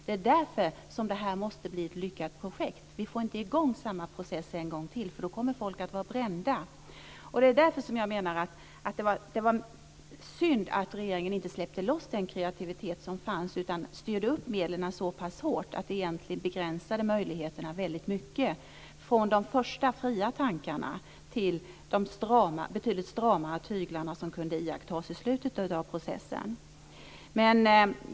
Det är därför som detta måste bli ett lyckat projekt. Vi får inte i gång samma process en gång till, för då kommer folk att vara brända. Det är därför som jag menar att det var synd att regeringen inte släppte loss den kreativitet som fanns utan styrde upp medlen så pass hårt att det egentligen begränsade möjligheterna väldigt mycket från de första fria tankarna till de betydligt stramare tyglar som kunde iakttas i slutet av processen.